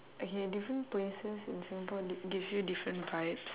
okay different places in singapore d~ give you different vibes